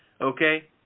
okay